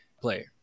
player